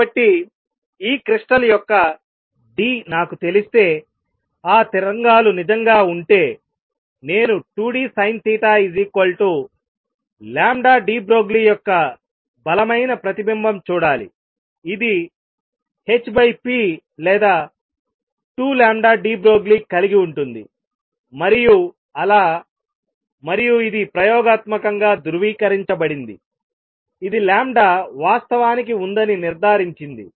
కాబట్టి ఈ క్రిస్టల్ యొక్క d నాకు తెలిస్తే ఆ తరంగాలు నిజంగా ఉంటేనేను 2dSinθdeBroglie యొక్క బలమైన ప్రతిబింబం చూడాలి ఇది h p లేదా 2deBroglie కలిగి ఉంటుంది మరియు అలా మరియు ఇది ప్రయోగాత్మకంగా ధృవీకరించబడింది ఇది లాంబ్డా వాస్తవానికి ఉందని నిర్ధారించింది